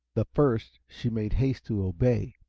the first she made haste to obey.